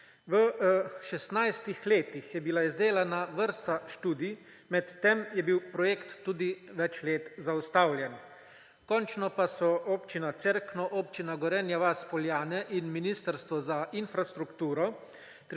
V šestnajstih letih je bila izdelana vrsta študij, med tem je bil projekt tudi več let zaustavljen. Končno pa so Občina Cerkno, Občina Gorenja vas - Poljane in Ministrstvo za infrastrukturo